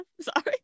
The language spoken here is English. sorry